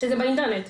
שזה באינטרנט.